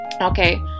Okay